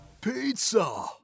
Pizza